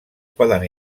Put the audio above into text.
poden